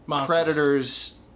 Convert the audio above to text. predators